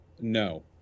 No